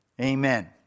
Amen